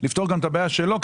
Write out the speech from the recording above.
לפתור גם את הבעיה שלו,